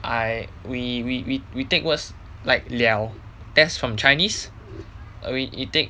I we we we we take words like liao that's from chinese err we take